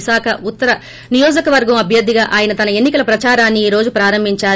విశాఖ ఉత్తర నియోజకవర్గం అభ్యర్గిగా ఆయన తన ఎన్ని క ప్రదారాన్ని ఈ రోజు ప్రారంభించారు